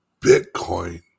Bitcoin